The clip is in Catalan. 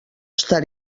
estar